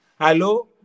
hello